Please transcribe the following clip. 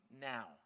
now